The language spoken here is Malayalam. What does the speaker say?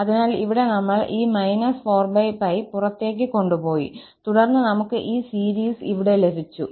അതിനാൽ ഇവിടെ നമ്മൾ ഈ −4𝜋 പുറത്തേക്ക് കൊണ്ടുപോയി തുടർന്ന് നമുക് ഈ സീരീസ് ഇവിടെ ലഭിച്ചു